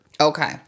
Okay